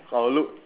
I will look